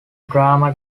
drama